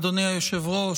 אדוני היושב-ראש,